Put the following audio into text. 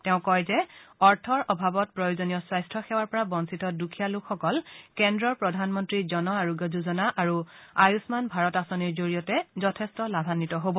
তেওঁ কয় যে অৰ্থৰ অভাৱত প্ৰয়োজনীয় স্বাস্থ্য সেৱাৰ পৰা বঞ্চিত দুখীয়া লোকসকল কেন্দ্ৰৰ প্ৰধানমন্তী জন আৰোগ্য যোজনা আৰু আয়ুয়ান ভাৰত আঁচনিৰ জৰিয়তে যথেষ্ট লাভান্বিত হব